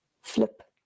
flip